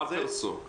כבר קרסו.